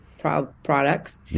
products